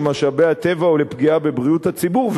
משאבי הטבע או לפגיעה בבריאות הציבור,